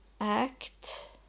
act